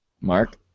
Mark